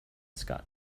scott